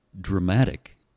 dramatic